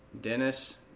Dennis